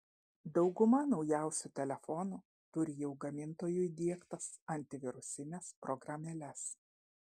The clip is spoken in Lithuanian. dauguma naujausių telefonų turi jau gamintojų įdiegtas antivirusines programėles